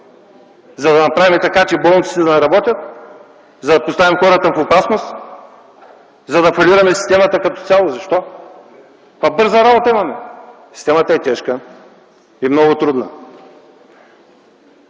За да направим така, че болниците да не работят, за да поставим хората в опасност, за да фалираме системата като цяло? Защо? Каква бърза работа имаме? Системата е тежка и много трудна.